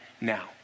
now